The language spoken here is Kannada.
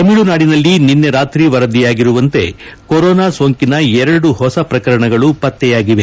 ತಮಿಳುನಾಡಿನಲ್ಲಿ ನಿನ್ನೆ ರಾತ್ರಿ ವರದಿಯಾಗಿರುವಂತೆ ಕೊರೋನಾ ಸೋಂಕಿನ ಎರಡು ಹೊಸ ಪ್ರಕರಣಗಳು ಪತ್ತೆಯಾಗಿವೆ